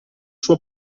sua